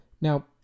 Now